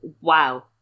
Wow